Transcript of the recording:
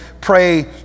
pray